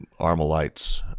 Armalites